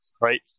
right